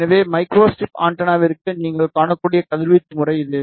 எனவே micro strip ஆண்டெனாவிற்கு நீங்கள் காணக்கூடிய கதிர்வீச்சு முறை இது